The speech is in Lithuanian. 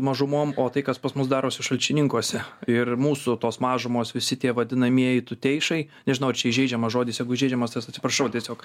mažumoms o tai kas pas mus darosi šalčininkuose ir mūsų tos mažumos visi tie vadinamieji tuteišai nežinau ar čia įžeidžiamas žodis jeigu įžeidžiamas tai aš atsiprašau tiesiog